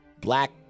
Black